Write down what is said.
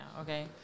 okay